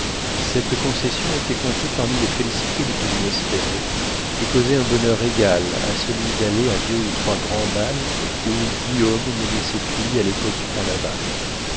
cette concession était comptée parmi les félicités les plus inespérées et causait un bonheur égal à celui d'aller à deux ou trois grands bals où guillaume menait ses filles à l'époque du carnaval